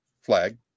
flag